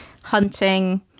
hunting